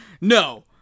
no